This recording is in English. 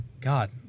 God